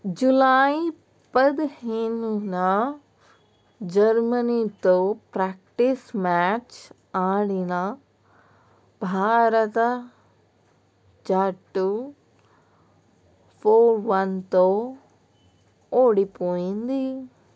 July పదిహేనున జర్మనీతో practice match ఆడిన భారత జట్టు ఫోర్ వన్తో ఓడిపోయింది